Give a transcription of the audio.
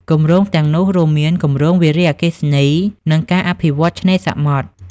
គម្រោងទាំងនោះរួមមាន គម្រោងវារីអគ្គិសនី និងការអភិវឌ្ឍន៍ឆ្នេរសមុទ្រ។